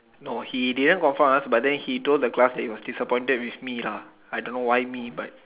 no he didn't confront us but then he told the class that he was disappointed with me lah I don't know why me but